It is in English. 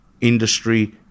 Industry